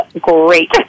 great